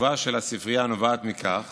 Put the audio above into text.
תקצובה של הספרייה נובעת מכך